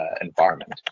environment